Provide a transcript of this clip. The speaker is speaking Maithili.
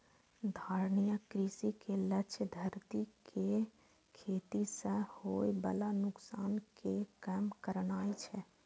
धारणीय कृषि के लक्ष्य धरती कें खेती सं होय बला नुकसान कें कम करनाय छै